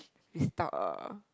restock uh